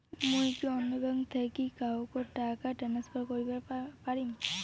মুই কি অন্য ব্যাঙ্ক থাকি কাহকো টাকা ট্রান্সফার করিবার পারিম?